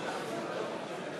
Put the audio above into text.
מצביע